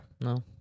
no